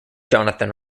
jonathan